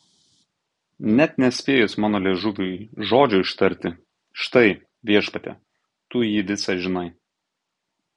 net nespėjus mano liežuviui žodžio ištarti štai viešpatie tu jį visą žinai